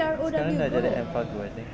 sekarang dah jadi Enfagrow I think